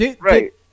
right